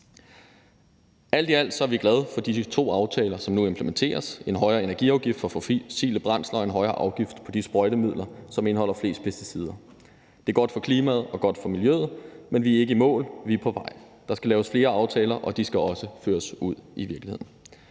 Alt i alt er vi glade for disse to aftaler, som nu implementeres, om en højere energiafgift på fossile brændsler og en højere afgift på de sprøjtemidler, som indeholder flest pesticider. Det er godt for klimaet og godt for miljøet, men vi er ikke i mål, vi er på vej. Der skal laves flere aftaler, og de skal også føres ud i virkeligheden.